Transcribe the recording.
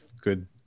good